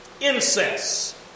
incest